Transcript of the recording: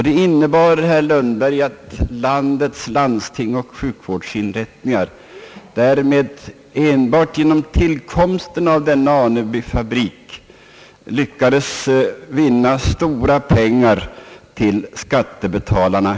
Det innebar, herr Lundberg, att landets landsting och sjuk vårdsinrättningar enbart genom tillkomsten av Anebyfabriken lyckades spara stora pengar för skattebetalarna.